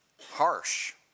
harsh